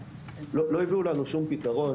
לא הביאו לנו שום פתרון,